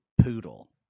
poodle